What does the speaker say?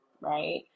right